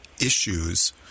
issues